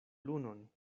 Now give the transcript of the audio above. lunon